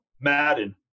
Madden